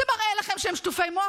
זה מראה לכם שהם שטופי מוח.